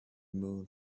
moon